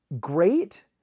great